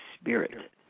spirit